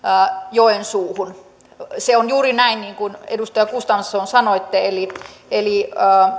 joensuuhun se on juuri näin niin kuin edustaja gustafsson sanoitte eli eli